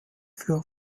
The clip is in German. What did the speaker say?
für